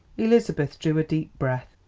elizabeth drew a deep breath.